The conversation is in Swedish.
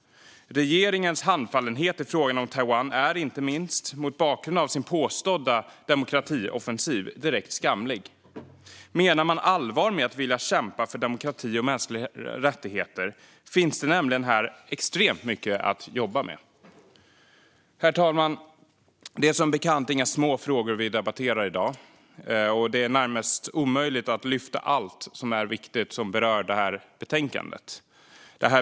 Regeringens handfallenhet i fråga om Taiwan är, inte minst mot bakgrund av sin påstådda demokratioffensiv, direkt skamlig. Menar man allvar med att vilja kämpa för demokrati och mänskliga rättigheter finns det här extremt mycket att jobba med. Herr talman! Det är som bekant inga små frågor vi debatterar i dag, och det är närmast omöjligt att lyfta upp allt som är viktigt som berör betänkandet.